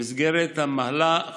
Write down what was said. במסגרת המהלך